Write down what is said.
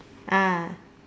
uh